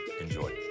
Enjoy